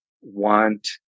want